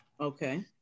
Okay